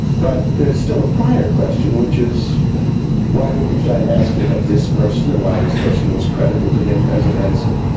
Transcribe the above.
but there's still a prior question which is why lichtenstein asked it of this person and why this person was credible to him as an answer,